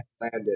landed